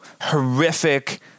horrific